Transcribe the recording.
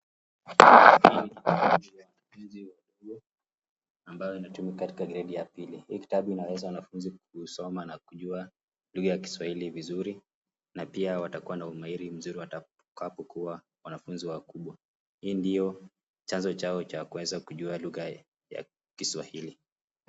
Hiki ni kitabu cha Kiswahili ambayo inatumika katika gredi ya pili. Hiki kitabu inaweza wanafunzi kusoma na kujua lugha ya Kiswahili vizuri na pia watakuwa na umehiri mzuri watapokua kuwa wanafunzi wakubwa. Hii ndio chanzo chao cha kuweza kujua lugha ya Kiswahili.